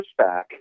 pushback